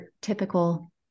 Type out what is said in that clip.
typical